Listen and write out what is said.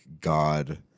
god